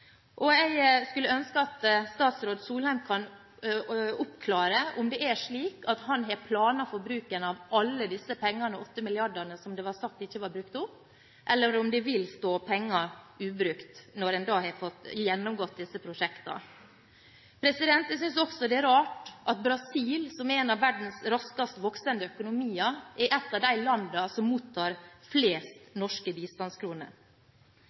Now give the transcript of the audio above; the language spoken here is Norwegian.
Jeg skulle ønske at statsråd Solheim kunne oppklare om det er slik at han har planer for bruken av alle disse pengene, 8 mrd. kr, som man sa ikke var brukt opp, eller om det vil stå penger ubrukt, når en har fått gjennomgått disse prosjektene. Jeg synes også det er rart at Brasil, som er en av verdens raskest voksende økonomier, er et av de landene som mottar